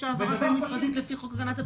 יש העברה בין משרדית לפי חוק הגנת הפרטיות.